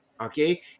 okay